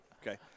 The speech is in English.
Okay